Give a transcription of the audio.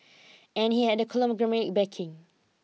and he had the conglomerate's backing